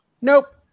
Nope